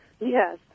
yes